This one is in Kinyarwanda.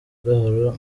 gahoro